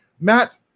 Matt